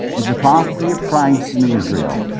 is a prophecy of christ and israel.